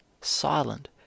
silent